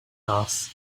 asks